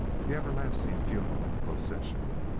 the everlasting funeral procession.